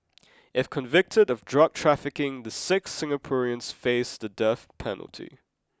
if convicted of drug trafficking the six Singaporeans face the death penalty